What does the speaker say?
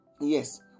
Yes